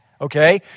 okay